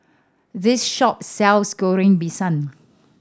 this shop sells Goreng Pisang